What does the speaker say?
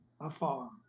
afar